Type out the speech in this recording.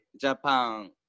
Japan